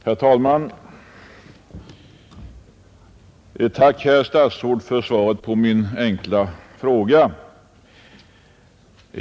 Herr talman! Tack, herr statsråd för svaret på min enkla fråga!